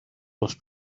les